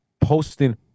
posting